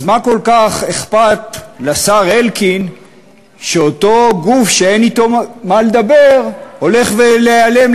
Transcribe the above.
מה כל כך אכפת לשר לאלקין שאותו גוף שאתו אין מה לדבר הולך להיעלם,